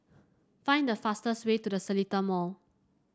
find the fastest way to The Seletar Mall